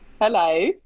Hello